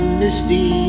misty